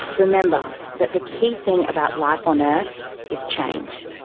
remember that the key thing about life on earth is change.